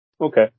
Okay